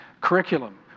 Curriculum